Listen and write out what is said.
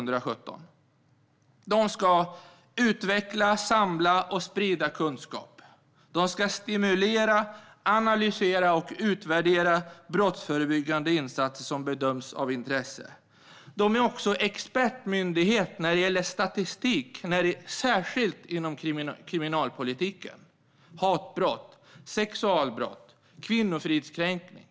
Myndigheten ska utveckla, samla och sprida kunskap. Den ska stimulera, analysera och utvärdera brottsförebyggande insatser som bedöms vara av intresse. Den är även expertmyndighet när det gäller statistik, särskilt inom kriminalpolitiken. Det gäller hatbrott, sexualbrott och kvinnofridskränkning.